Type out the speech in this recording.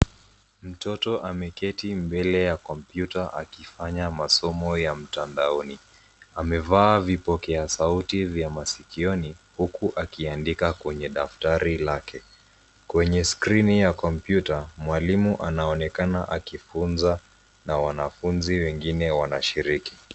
Mtoto ameketi mbele ya kompyuta akifanya masomo ya mtandaoni. Amevaa vipokea sauti vya masikioni huku akiandika kwenye daftari lake. Kwenye skrini ya kompyuta, mwalimu anaonekana akifunza na wanafunzi wengine wanashiriki.